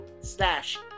slash